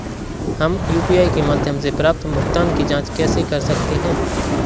हम यू.पी.आई के माध्यम से प्राप्त भुगतान की जॉंच कैसे कर सकते हैं?